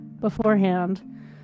beforehand